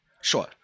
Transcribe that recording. Sure